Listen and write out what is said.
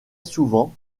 souvent